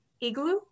igloo